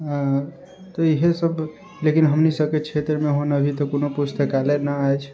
आओर तऽ इएह सब लेकिन हमनी सबके क्षेत्रमे ओहन अभी तऽ कोनो पुस्तकालय नहि अछि